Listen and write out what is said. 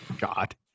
God